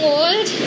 old